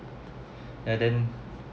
yeah then